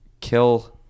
kill